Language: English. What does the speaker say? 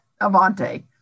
Avante